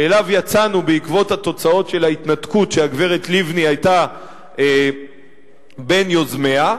שאליו יצאנו בעקבות התוצאות של ההתנתקות שהגברת לבני היתה בין יוזמיה,